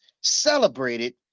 celebrated